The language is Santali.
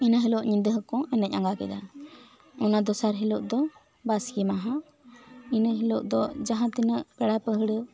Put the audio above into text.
ᱤᱱᱟᱹ ᱦᱤᱞᱚᱜ ᱧᱤᱫᱟᱹ ᱦᱚᱸᱠᱚ ᱮᱱᱮᱡ ᱟᱝᱜᱟ ᱠᱮᱫᱟ ᱚᱱᱟ ᱫᱚᱥᱟᱨ ᱦᱤᱞᱚᱜ ᱫᱚ ᱵᱟᱥᱠᱮ ᱢᱟᱦᱟ ᱤᱱᱟ ᱦᱤᱞᱚᱜ ᱫᱚ ᱡᱟᱦᱟ ᱛᱤᱱᱟᱜ ᱯᱮᱲᱟ ᱯᱟᱹᱦᱲᱟᱹ